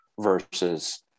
versus